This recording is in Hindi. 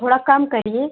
थोड़ा कम करिये